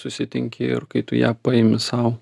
susitinki ir kai tu ją paimi sau